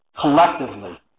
collectively